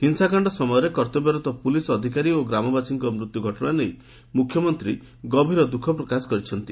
ହିଂସାକାଣ୍ଡ ସମୟରେ କର୍ତ୍ତବ୍ୟରତ ପୁଲିସ୍ ଅଧିକାରୀ ଓ ଗ୍ରାମବାସୀଙ୍କ ମୃତ୍ୟୁ ଘଟଣା ନେଇ ମୁଖ୍ୟମନ୍ତ୍ରୀ ଗଭୀର ଦୁଃଖ ପ୍ରକାଶ କରିଛନ୍ତି